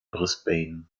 brisbane